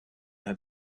had